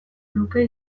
luke